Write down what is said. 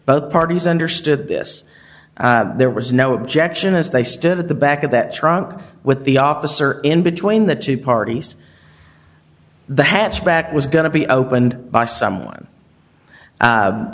both parties understood this there was no objection as they stood at the back of that truck with the officer in between the two parties the hatchback was going to be opened by someone